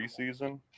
preseason